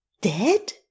dead